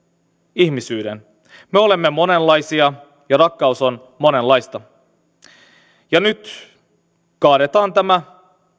ihmisyyden me olemme monenlaisia ja rakkautta on monenlaista nyt kaadetaan tämä